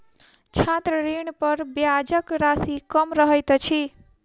छात्र ऋणपर ब्याजक राशि कम रहैत अछि